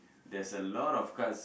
there's a lot of cards